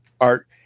art